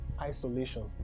isolation